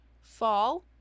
fall